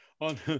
On